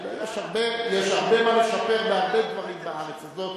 יש הרבה מה לשפר בהרבה דברים בארץ הזאת,